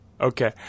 Okay